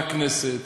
בכנסת,